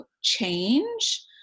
change